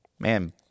Man